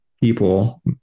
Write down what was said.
people